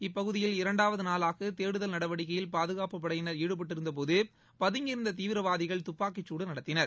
இப்பகுதியில் இரண்டாவது நாளாக தேடுதல் நடவடிக்கையில் பாதுகாப்புப் படையினர் ஈடுபட்டிருந்தபோது பதங்கி இருந்த தீவிரவாதிகள் துப்பாக்கிச் சூடு நடத்தினர்